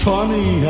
Funny